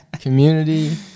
Community